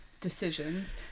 decisions